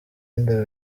inda